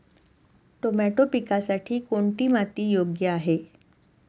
Tomato पिकासाठी कोणती माती योग्य आहे?